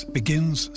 begins